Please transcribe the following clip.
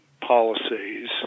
policies